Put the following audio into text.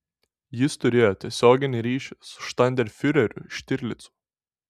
jis turėjo tiesioginį ryšį su štandartenfiureriu štirlicu